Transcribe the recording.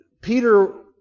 Peter